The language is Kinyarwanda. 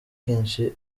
kenshi